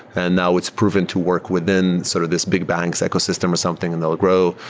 and now it's proven to work within sort of this big banks ecosystem or something and they'll grow.